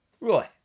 Right